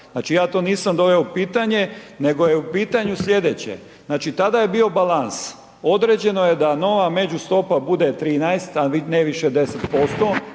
Znači ja to nisam doveo u pitanje nego je u pitanju slijedeće. Znači tada je bio balans, određeno je da nova međustopa bude 13 a ne više od